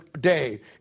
day